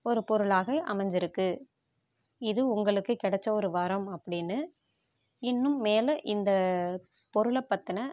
ஒரு பொருளாக அமைஞ்சுருக்கு இது உங்களுக்கு கிடச்ச ஒரு வரம் அப்படின்னு இன்னும் மேலே இந்த பொருளை பற்றின